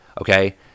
okay